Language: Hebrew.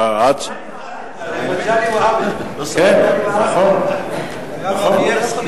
מגלי והבה, כן, נכון, נכון.